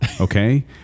okay